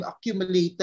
accumulated